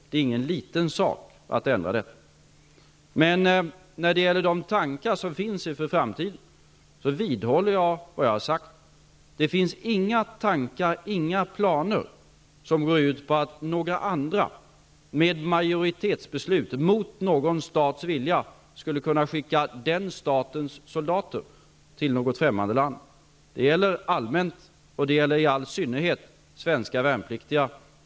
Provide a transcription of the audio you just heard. Det är ingen liten sak att ändra detta. När det gäller de tankar som finns inför framtiden, vidhåller jag vad jag har sagt, nämligen att det inte finns några tankar och inga planer som går ut på att några andra genom majoritetsbeslut, mot någon stats vilja, skulle kunna skicka den statens soldater till något främmande land. Det gäller allmänt, och det gäller i all synnerhet svenska värnpliktiga.